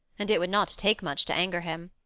and it would not take much to anger him.